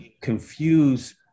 confuse